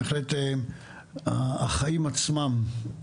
בהחלט החיים עצמם,